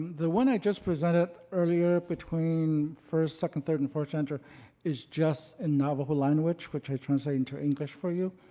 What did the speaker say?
the one i just presented earlier between first, second, third, and fourth gender is just in navajo language, which i translated into english for you.